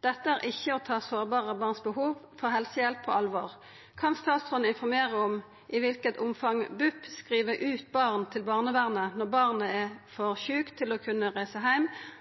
Dette er ikke å ta sårbare barns behov for helsehjelp på alvor. Kan statsråden informere om i hvilket omfang BUP skriver ut barn til barnevernet når barnet er for sykt til å kunne reise